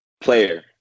Player